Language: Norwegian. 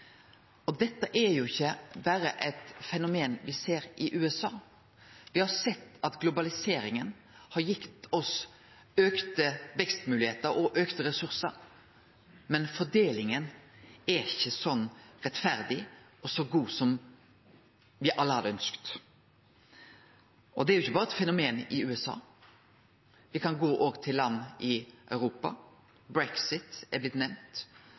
Dette er ikkje berre eit fenomen me ser i USA. Me har sett at globaliseringa har gitt oss auka vekstmoglegheiter og auka ressursar, men fordelinga er ikkje så rettferdig og så god som me alle hadde ønskt. Og det er ikkje berre eit fenomen i USA. Me kan gå òg til land i Europa. Brexit er blitt